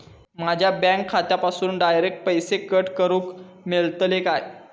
माझ्या बँक खात्यासून डायरेक्ट पैसे कट करूक मेलतले काय?